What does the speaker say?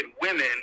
women